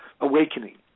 awakening